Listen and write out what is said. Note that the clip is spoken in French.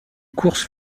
course